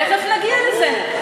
תכף נגיע לזה.